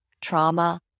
trauma